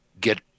get